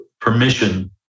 permission